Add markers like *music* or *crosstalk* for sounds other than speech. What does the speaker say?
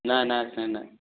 নাই নাই *unintelligible* নাই